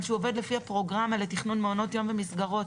שהוא עובד לפי הפרוגרמה לתכנון מעונות יום במסגרות